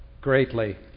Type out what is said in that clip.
greatly